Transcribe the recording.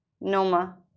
noma